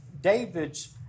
David's